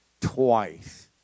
twice